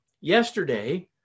yesterday